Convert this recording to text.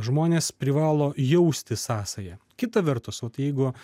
žmonės privalo jausti sąsają kita vertus ot jeigu